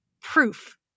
proof